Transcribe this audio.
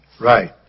Right